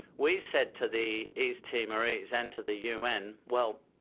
we said to the east timorese and to the un, well,